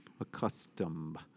accustomed